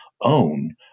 own